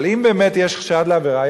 אבל אם באמת יש חשד לעבירה,